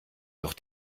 doch